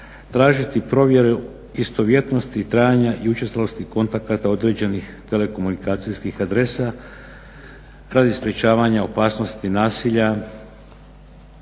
tražiti provjere istovjetnosti trajanja i učestalosti kontakata određenih telekomunikacijskih adresa radi sprječavanja opasnosti nasilja,